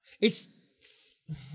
It's-